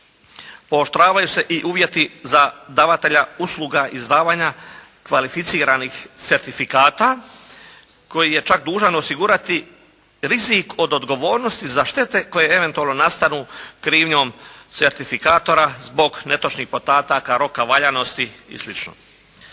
Pooštravaju se i uvjeti za davatelja usluga izdavanja kvalificiranih certifikata koji je čak dužan osigurati rizik od odgovornosti za štete koje eventualno nastanu krivnjom certifikatora zbog netočnih podataka roka valjanosti i